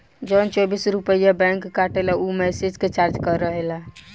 जवन चौबीस रुपइया बैंक काटेला ऊ मैसेज के चार्ज रहेला